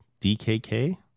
DKK